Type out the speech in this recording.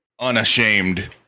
unashamed